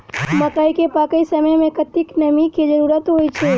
मकई केँ पकै समय मे कतेक नमी केँ जरूरत होइ छै?